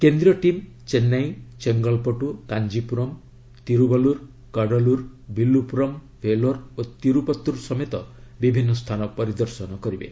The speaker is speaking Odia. କେନ୍ଦ୍ରୀୟ ଟିମ୍ ଚେନ୍ନାଇ ଚେଙ୍ଗଲପଟୁ କାଞ୍ଚପୁରମ୍ ତିରୁବଲୁର କଡଲୁର ବିଲୁପୁରମ୍ ଭେଲୋର ଓ ତିରୁପଭୁର ସମେତ ବିଭିନ୍ନ ସ୍ଥାନ ପରିଦର୍ଶନ କରିବେ